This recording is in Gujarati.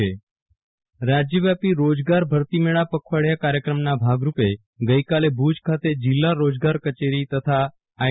વિરલ રાણા રોજગારી ભરતી મેળો શિબિર રાજયવ્યાપી રોજગાર ભરતીમેળા પેખવાડિયા કાર્યક્રમના ભાગરૂપે આજે ભુજ ખાતે જિલ્લા રોજગાર કચેરીતથા ઓઇ